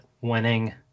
winning